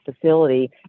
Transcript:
facility